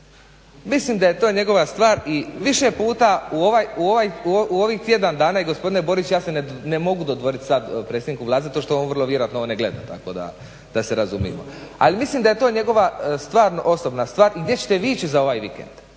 Mislim da je to njegova stvar i više puta u ovih tjedan dana i gospodine Boris ja se ne mogu dodvorit sad predsjedniku Vlade zato što on vrlo vjerojatno ovo ne gleda, tako da se razumijemo. Al' mislim da je to njegova osobna stvar. Gdje ćete vi ići za ovaj vikend?